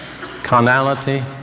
carnality